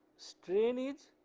strain is